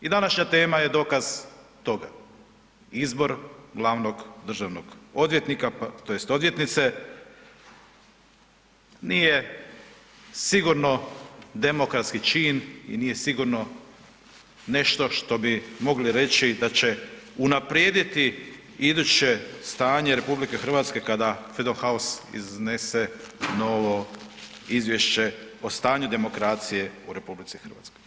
I današnja tema je dokaz toga, izbor glavnog državnog odvjetnika tj. odvjetnice, nije sigurno demokratski čin i nije sigurno nešto što bi mogli reći da će unaprijediti iduće stanje RH kada Freedom House iznese novo izvješće o stanju demokracije u RH.